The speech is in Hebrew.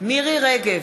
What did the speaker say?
מירי רגב,